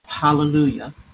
Hallelujah